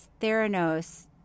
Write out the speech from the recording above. Theranos